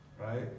right